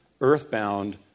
earthbound